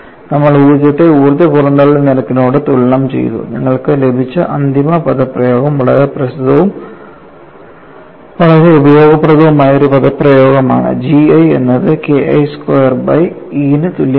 നമ്മൾ ഊർജ്ജത്തെ ഊർജ്ജ പുറന്തള്ളൽ നിരക്കിനോട് തുലനം ചെയ്തു നിങ്ങൾക്ക് ലഭിച്ച അന്തിമ പദപ്രയോഗം വളരെ പ്രസിദ്ധവും വളരെ ഉപയോഗപ്രദവുമായ ഒരു പദപ്രയോഗമാണ് G I എന്നത് KI സ്ക്വയർ ബൈ Eന് തുല്യമാണ്